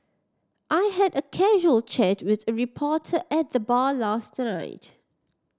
I had a casual chat with a reporter at the bar last night